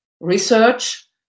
research